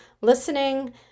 listening